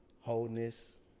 wholeness